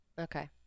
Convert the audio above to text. Okay